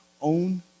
own